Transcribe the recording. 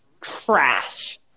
trash